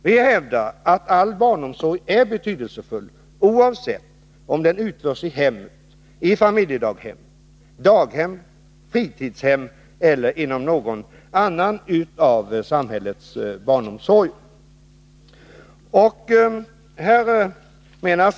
Vi hävdar att all barnomsorg är betydelsefull, oavsett om den utförs i hemmet, i daghem, familjedaghem, fritidshem eller i någon annan av samhällets barnomsorgsformer.